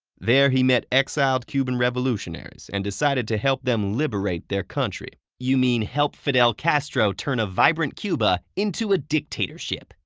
there, he met exiled cuban revolutionaries and decided to help them liberate their country. you mean help fidel castro turn a vibrant cuba into a dictatorship.